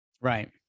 Right